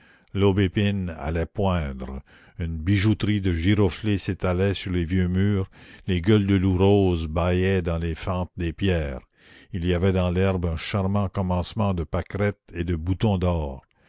l'aubépine allait poindre une bijouterie de giroflées s'étalait sur les vieux murs les gueules de loup roses bâillaient dans les fentes des pierres il y avait dans l'herbe un charmant commencement de pâquerettes et de